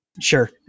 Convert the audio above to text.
Sure